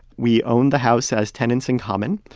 we own the house as tenants in common.